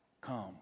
Come